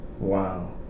Wow